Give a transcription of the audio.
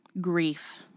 Grief